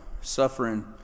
suffering